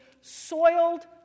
soiled